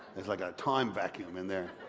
it's like a time vacuum in there.